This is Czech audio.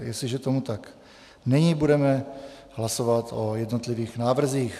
Jestliže tomu tak není, budeme hlasovat o jednotlivých návrzích.